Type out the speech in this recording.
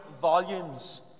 volumes